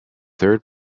third